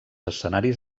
escenaris